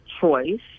choice